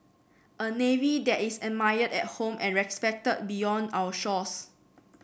a navy that is admired at home and respected beyond our shores